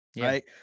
right